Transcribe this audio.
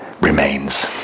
remains